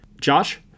Josh